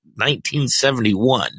1971